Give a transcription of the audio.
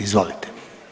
Izvolite.